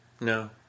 No